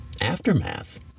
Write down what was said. aftermath